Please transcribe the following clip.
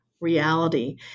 reality